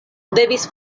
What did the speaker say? devis